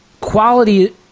quality